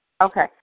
Okay